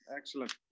Excellent